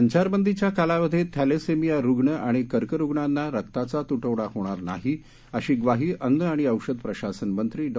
संचारबंदीच्या कालावधीत थक्वेसेमिया रुग्ण आणि कर्करुग्णांना रक्ताचा तृटवडा होणार नाही अशी ग्वाही अन्न आणि औषध प्रशासन मंत्री डॉ